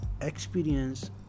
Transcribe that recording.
experience